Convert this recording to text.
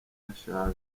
ashaje